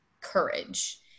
courage